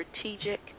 strategic